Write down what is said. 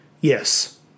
Yes